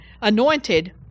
anointed